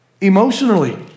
emotionally